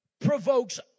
provokes